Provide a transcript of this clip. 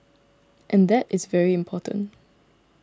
and that is very important